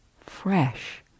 fresh